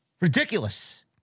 Ridiculous